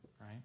Right